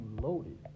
loaded